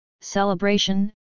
celebration